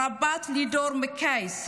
רב"ט לידור מקייס,